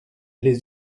les